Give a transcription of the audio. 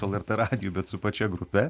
lrt radiju bet su pačia grupe